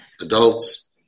adults